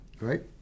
right